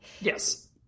yes